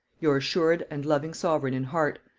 your assured and loving sovereign in heart,